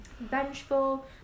vengeful